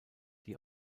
die